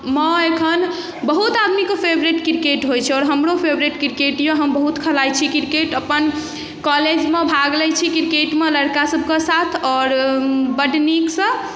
मे एखन बहुत आदमीके फेवरेट क्रिकेट होइ छै आओर हमरो फेवरेट क्रिकेट यऽ हम बहुत खेलाइ छी क्रिकेट अपन कॉलेजमे भाग लै छी क्रिकेटमे लड़का सभके साथ आओर बड नीकसँ